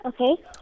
okay